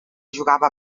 jugava